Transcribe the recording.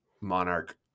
monarch